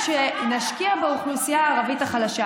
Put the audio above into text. מירב, את שמעת על הפרעות?